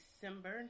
December